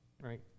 right